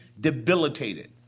debilitated